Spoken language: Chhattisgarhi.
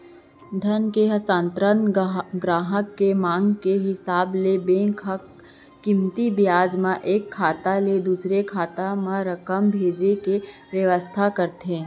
धन के हस्तांतरन गराहक के मांग के हिसाब ले बेंक ह कमती बियाज म एक खाता ले दूसर खाता म रकम भेजे के बेवस्था करथे